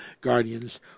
guardians